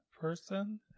person